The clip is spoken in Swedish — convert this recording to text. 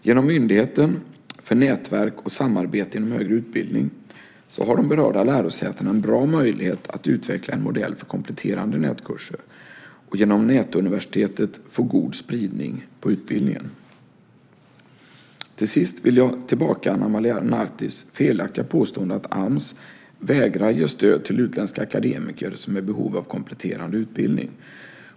Genom Myndigheten för nätverk och samarbete inom högre utbildning har de berörda lärosätena en bra möjlighet att utveckla en modell för kompletterande nätkurser och genom Nätuniversitetet få god spridning på utbildningen. Till sist vill jag tillbakavisa Ana Maria Nartis felaktiga påstående att Ams vägrar ge stöd till utländska akademiker som är i behov av kompletterande utbildning.